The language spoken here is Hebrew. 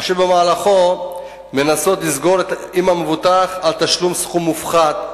אשר במהלכו הן מנסות לסגור עם המבוטח על תשלום סכום מופחת,